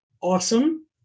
Awesome